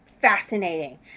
fascinating